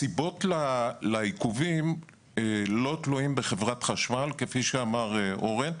הסיבות לעיכובים לא תלויות בחברת חשמל כפי שאמר אורן.